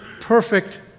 perfect